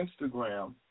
Instagram